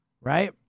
right